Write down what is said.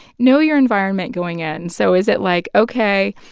know your environment going in. so is it like, ok,